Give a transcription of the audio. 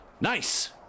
Nice